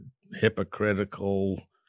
hypocritical